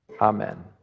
Amen